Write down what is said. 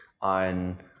on